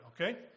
Okay